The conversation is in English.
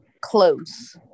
close